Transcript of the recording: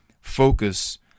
focus